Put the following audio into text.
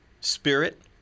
spirit